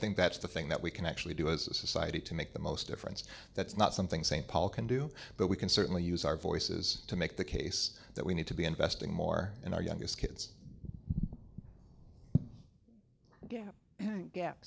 think that's the thing that we can actually do as a society to make the most difference that's not something st paul can do but we can certainly use our voices to make the case that we need to be investing more in our youngest kids